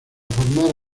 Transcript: formar